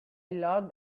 locked